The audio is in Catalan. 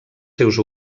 seus